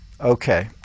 Okay